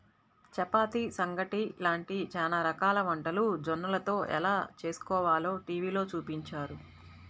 చపాతీ, సంగటి లాంటి చానా రకాల వంటలు జొన్నలతో ఎలా చేస్కోవాలో టీవీలో చూపించారు